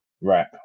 Right